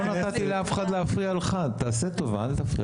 לא נתתי לאף אחד להפריע לך תעשה טובה אל תפריע,